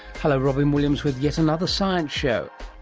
hello, robyn williams with yet another science show,